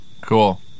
Cool